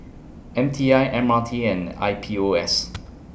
M T I M R T and I P O S